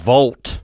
Volt